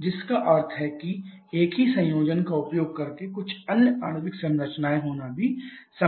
जिसका अर्थ है कि एक ही संयोजन का उपयोग करके कुछ अन्य आणविक संरचनाएं होना भी संभव है